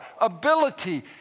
ability